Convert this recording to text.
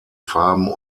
farben